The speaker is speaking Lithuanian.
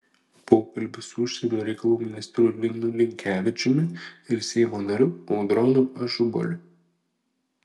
pokalbis su užsienio reikalų ministru linu linkevičiumi ir seimo nariu audroniu ažubaliu